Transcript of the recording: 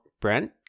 Brent